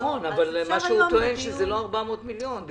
הוא טוען שזה לא 400 מיליון.